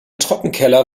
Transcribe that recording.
trockenkeller